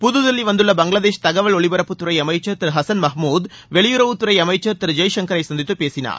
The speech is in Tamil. புதுதில்லி வந்துள்ள பங்களாதேஷ் தகவல் ஒலிபரப்புத்துறை அமைச்சர் திரு ஹசன் மஹ்மூத் வெளியுறவுத் துறை அமைச்சர் திரு ஜெய்சங்கரை சந்தித்து பேசினார்